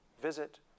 visit